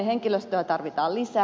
henkilöstöä tarvitaan lisää